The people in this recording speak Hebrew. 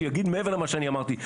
שיגיד מעבר למה שאני אמרתי,